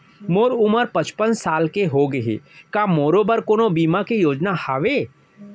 मोर उमर पचपन साल होगे हे, का मोरो बर कोनो बीमा के योजना हावे?